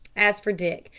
as for dick,